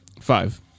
Five